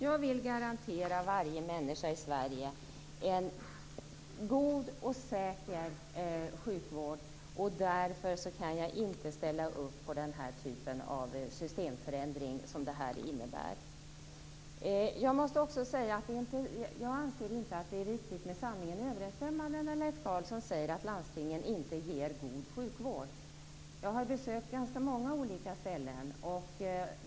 Jag vill garantera varje människa i Sverige en god och säker sjukvård. Därför kan jag inte ställa upp på den här typen av systemförändring som detta innebär. Jag anser inte att det är riktigt med sanningen överensstämmande när Leif Carlson säger att landstingen inte ger god sjukvård. Jag har besökt många olika ställen.